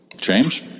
James